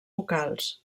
vocals